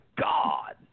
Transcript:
god